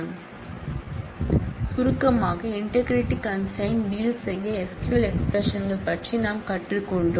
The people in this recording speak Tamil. எனவே சுருக்கமாக இன்டெக்ரிடி கன்ஸ்ட்ரெயின் டீல் செய்ய SQL எக்ஸ்பிரஷன்கள் பற்றி நாம் கற்றுக்கொண்டோம்